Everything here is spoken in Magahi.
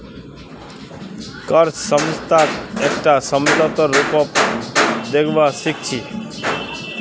कर्ज समझौताक एकटा समझौतार रूपत देखवा सिख छी